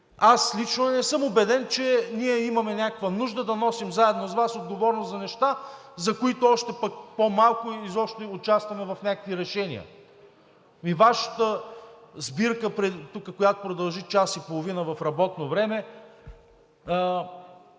аз лично не съм убеден, че ние имаме някаква нужда да носим заедно с Вас отговорност за неща, за които още пък по-малко или изобщо да участваме в някакви решения. И на Вашата сбирка, която тук продължи час и половина в работно време,